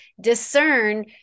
discern